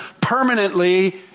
Permanently